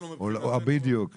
בדיוק.